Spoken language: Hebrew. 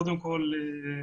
קודם כל,